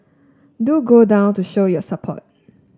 do go down to show your support